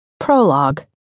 Prologue